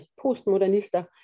postmodernister